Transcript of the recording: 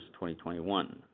2021